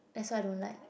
that's why I don't like